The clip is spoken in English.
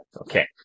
Okay